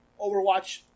Overwatch